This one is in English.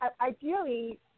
Ideally